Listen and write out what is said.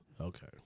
Okay